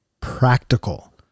practical